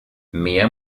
mehr